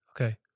Okay